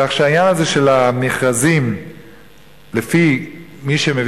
כך שהעניין הזה של המכרזים לפי מי שמביא